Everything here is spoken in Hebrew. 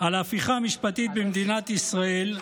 על ההפיכה המשפטית במדינת ישראל,